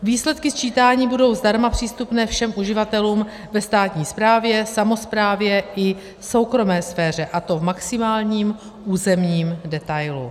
Výsledky sčítání budou zdarma přístupné všem uživatelům ve státní správě, samosprávě i soukromé sféře, a to v maximálním územním detailu.